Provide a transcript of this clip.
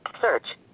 Search